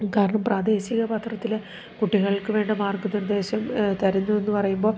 കാരണം പ്രാദേശിക പത്രത്തിൽ കുട്ടികൾക്കു വേണ്ട മാർഗ്ഗനിർദ്ദേശം തരുന്നു എന്ന് പറയുമ്പോൾ